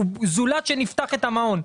זולת שנפתח את המעון.